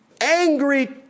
Angry